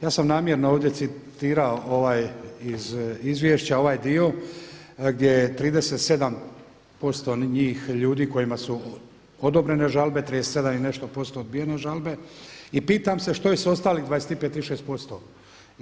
Ja sam namjerno ovdje citirao ovaj iz izvješća ovaj dio gdje je 37% njih ljudi kojima su odobrene žalbe, 37 i nešto posto odbijene žalbe i pitam se što je ostalih 25%, 26%